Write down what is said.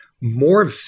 more